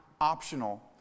optional